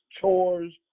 chores